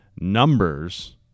Numbers